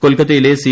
കൊൽക്കത്തയിലെ സി